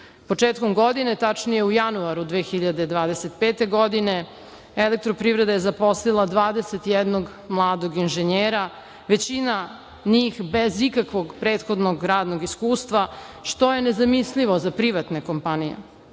godine, tačnije u januaru 2025. godine "Elektroprivreda" je zaposlila 21 mladog inženjera. Većina njih je bez ikakvog prethodnog radnog iskustva, što je nezamislivo za privatne kompanije.